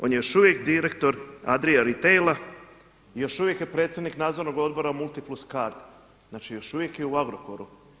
On je još uvijek direktor Adria Retaila i još uvijek je predsjednik Nadzornog odbora MultiPlusCard, znači još uvijek je u Agrokoru.